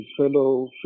fellow